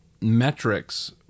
metrics